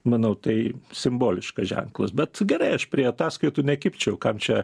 manau tai simboliškas ženklas bet gerai aš prie ataskaitų nekibčiau kam čia